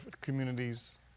communities